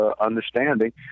understanding